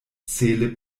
cele